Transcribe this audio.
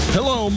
Hello